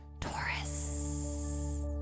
Taurus